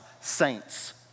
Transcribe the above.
saints